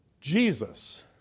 Jesus